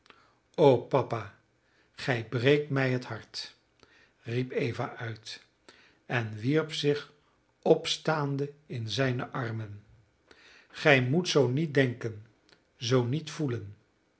papa gij breekt mij het hart riep eva uit en wierp zich opstaande in zijne armen gij moet zoo niet denken zoo niet voelen